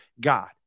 God